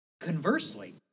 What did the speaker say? Conversely